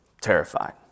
terrified